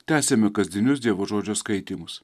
tęsiame kasdienius dievo žodžio skaitymus